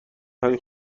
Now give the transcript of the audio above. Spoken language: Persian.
های